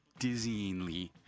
dizzyingly